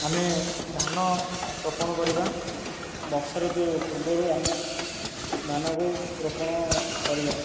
ଆମେ ଧାନ ରୋପଣ କରିବା ବର୍ଷା ଋତୁ ପୂର୍ବରୁ ଆମେ ଧାନକୁ ରୋପଣ କରିବା